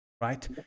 right